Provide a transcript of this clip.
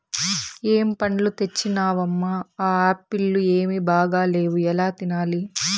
ఏం పండ్లు తెచ్చినవమ్మ, ఆ ఆప్పీల్లు ఏమీ బాగాలేవు ఎలా తినాలి